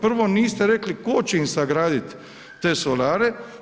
Prvo niste rekli tko će im sagraditi te solare.